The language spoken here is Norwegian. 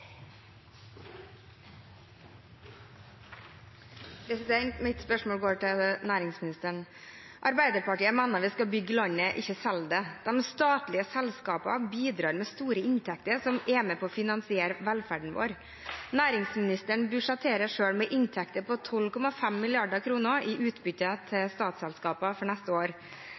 Mitt spørsmål går til næringsministeren. Arbeiderpartiet mener at vi skal bygge landet, ikke selge det. De statlige selskapene bidrar med store inntekter som er med på å finansiere velferden vår. Næringsministeren budsjetterer selv med inntekter på 12,5 mrd. kr i utbytte til statsselskaper for neste år.